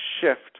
shift